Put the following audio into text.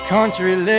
Country